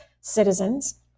citizens